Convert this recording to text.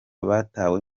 batawe